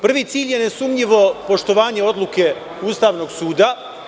Prvi cilj je ne sumnjivo poštovanje odluke Ustavnog suda.